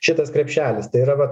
šitas krepšelis tai yra va